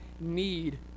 need